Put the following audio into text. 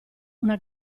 una